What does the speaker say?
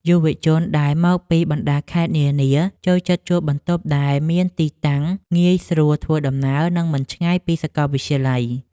យុវជនដែលមកពីបណ្តាខេត្តនានាចូលចិត្តជួលបន្ទប់ដែលមានទីតាំងងាយស្រួលធ្វើដំណើរនិងមិនឆ្ងាយពីសាកលវិទ្យាល័យ។